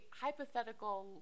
hypothetical